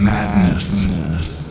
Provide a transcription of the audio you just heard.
Madness